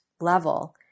level